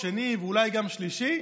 שני ואולי גם שלישי,